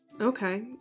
Okay